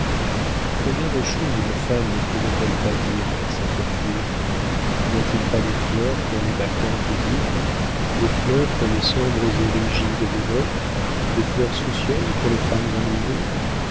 combien de choses une femme ne pourrait-elle pas dire avec sa coiffure n'y a-t-il pas des fleurs pour les bacchantes ivres des fleurs pour les sombres et rigides dévotes des fleurs soucieuses pour les femmes ennuyées